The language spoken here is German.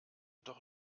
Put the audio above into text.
doch